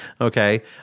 Okay